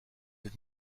with